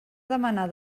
demanar